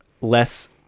less